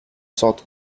south